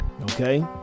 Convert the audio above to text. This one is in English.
Okay